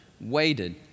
waited